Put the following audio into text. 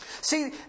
See